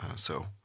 so,